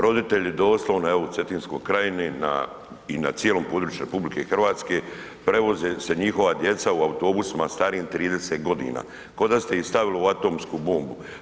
Roditelji doslovno evo u Cetinskoj krajini i na cijelom području RH prevoze se njihova djeca u autobusima starim 30 godina, ko da ste ih stavili u atomsku bombu.